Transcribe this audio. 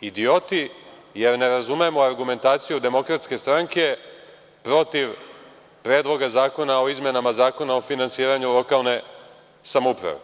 idioti, jer ne razumemo argumentaciju DS protiv Predloga zakona o izmenama Zakona o finansiranju lokalne samouprave.